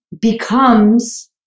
becomes